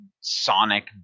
sonic